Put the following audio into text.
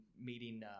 meeting, –